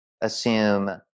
assume